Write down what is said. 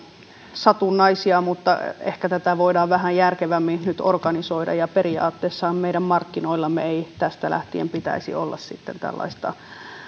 satunnaisia mutta ehkä tätä voidaan vähän järkevämmin nyt organisoida ja periaatteessahan meidän markkinoillamme ei tästä lähtien pitäisi olla sitten lainkaan tällaista